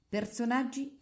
Personaggi